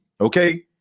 okay